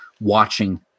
watching